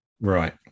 Right